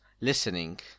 listening